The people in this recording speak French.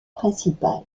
principal